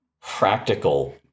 practical